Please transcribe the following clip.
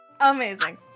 Amazing